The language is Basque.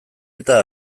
eta